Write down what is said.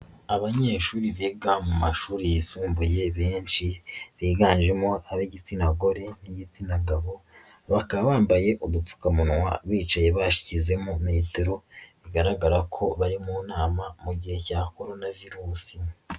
Abanyeshuri biga mu mashuri yisumbuye benshi biganjemo ab'igitsina gore n'igitsina gabo, bakaba bambaye udupfukamunwa bicaye bashyizemo metero, bigaragara ko bari mu nama mu gihe cya Korona virusi.